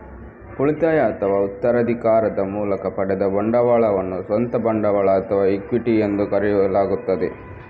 ಉಳಿತಾಯ ಅಥವಾ ಉತ್ತರಾಧಿಕಾರದ ಮೂಲಕ ಪಡೆದ ಬಂಡವಾಳವನ್ನು ಸ್ವಂತ ಬಂಡವಾಳ ಅಥವಾ ಇಕ್ವಿಟಿ ಎಂದು ಕರೆಯಲಾಗುತ್ತದೆ